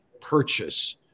purchase